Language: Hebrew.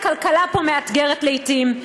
הכלכלה פה מאתגרת לעתים,